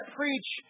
preach